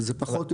זה פחות,